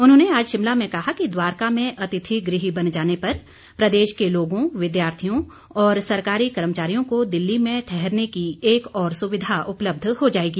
उन्होंने आज शिमला में कहा कि द्वारका में अतिथि गृह बन जाने पर प्रदेश के लोगों विद्यार्थियों और सरकारी कर्मचारियों को दिल्ली में ठहरने की एक और सुविधा उपलब्ध हो जाएगी